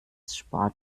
sport